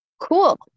Cool